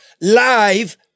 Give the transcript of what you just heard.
live